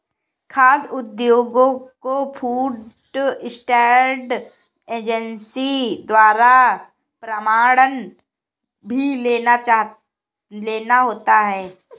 खाद्य उद्योगों को फूड स्टैंडर्ड एजेंसी द्वारा प्रमाणन भी लेना होता है